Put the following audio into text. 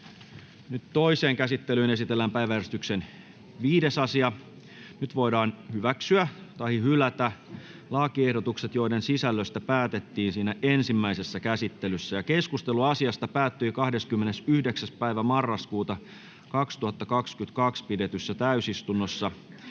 Toiseen käsittelyyn esitellään päiväjärjestyksen 5. asia. Nyt voidaan hyväksyä tai hylätä lakiehdotukset, joiden sisällöstä päätettiin ensimmäisessä käsittelyssä. Keskustelu asiasta päättyi 29.11.2022 pidetyssä täysistunnossa.